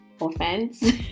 offense